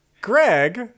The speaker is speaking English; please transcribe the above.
Greg